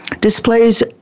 Displays